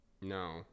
no